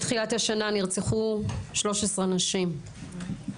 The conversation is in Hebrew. מתחילת השנה נרצחו 13 נשים.